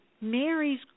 Mary's